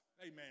amen